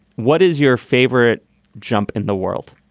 what is your favorite jump in the world?